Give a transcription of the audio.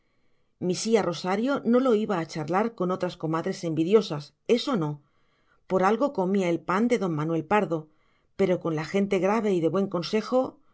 conferirse misía rosario no lo iba a charlar con otras comadres envidiosas eso no por algo comía el pan de don manuel pardo pero con la gente grave y de buen consejo